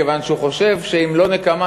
כיוון שהוא חושב שאם לא נקמה,